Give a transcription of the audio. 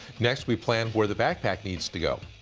next we plan where the backpack needs to go,